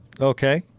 Okay